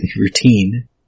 routine